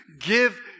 give